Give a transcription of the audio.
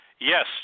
yes